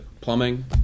plumbing